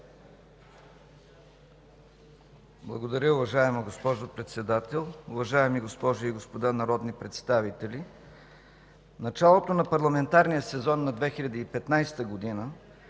Благодаря. Уважаема госпожо Председател, уважаеми госпожи и господа народни представители! Началото на парламентарния сезон на 2015 г. и